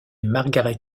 margaret